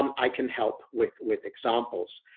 um i can help with, with examples,